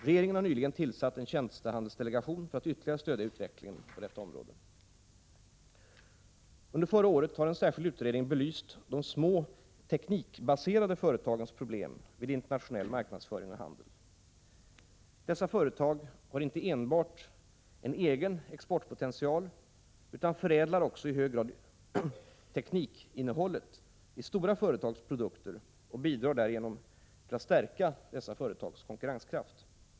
Regeringen har nyligen tillsatt en tjänstehandelsdelegation för att ytterligare stödja utvecklingen på detta område. Under förra året har en särskild utredning belyst de små teknikbaserade företagens problem vid internationell marknadsföring och handel. Dessa företag har inte enbart en egen exportpotential utan förädlar också i hög grad teknikinnehållet i stora företags produkter och bidrar därigenom till att stärka dessa företags konkurrenskraft.